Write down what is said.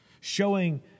showing